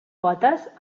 potes